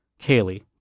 Kaylee